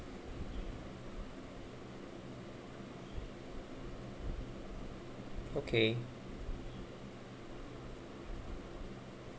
okay